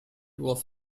was